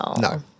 No